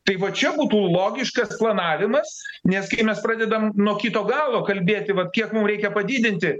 tai va čia būtų logiškas planavimas nes kai mes pradedam nuo kito galo kalbėti vat kiek mum reikia padidinti